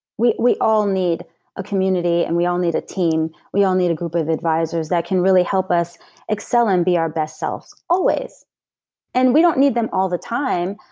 we we all need a community and we all need a team. we all need a group of advisors that can really help us excel and be our best selves, always and we don't need them all the time,